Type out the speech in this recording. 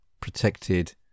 protected